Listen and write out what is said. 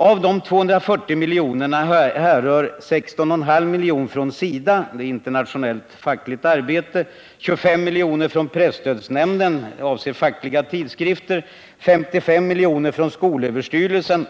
Av de 240 miljonerna härrör 16,5 miljoner från SIDA , 25 miljoner från presstödsnämnden , 55 miljoner från skolöverstyrelsen